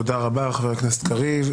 תודה רבה, חבר הכנסת קריב.